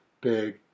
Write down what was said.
big